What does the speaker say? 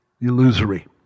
illusory